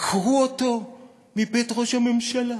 עקרו אותו מבית ראש הממשלה.